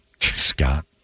Scott